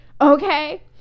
okay